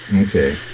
Okay